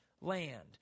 land